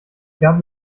gab